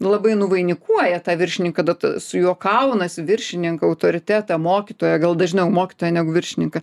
labai nuvainikuoja tą viršininką bet su juo kaunasi viršininką autoritetą mokytoją gal dažniau mokytoją negu viršininką